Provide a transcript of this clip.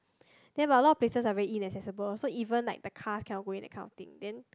then got a lot of places are very inaccessible so even like the car cannot go in that thing then